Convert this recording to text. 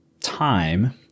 time